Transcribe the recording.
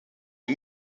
les